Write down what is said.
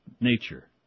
nature